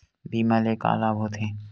बीमा ले का लाभ होथे?